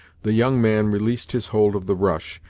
the young man released his hold of the rush,